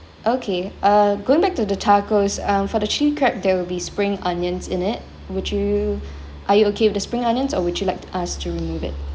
okay uh going back to the tacos um for the chilli crab there will be spring onions in it would you are you okay with the spring onions or would you like us to remove it